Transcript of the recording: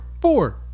four